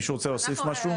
מישהו רוצה להוסיף משהו?